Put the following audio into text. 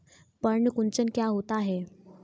पर्ण कुंचन क्या होता है?